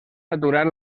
aturar